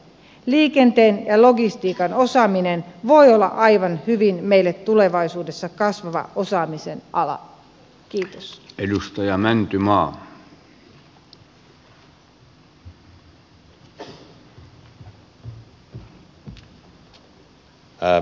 liikenteen ja logistiikan osaaminen voi olla aivan hyvin meille tulevaisuudessa kasvava osaamisen ala